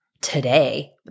today